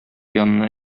янына